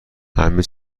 همه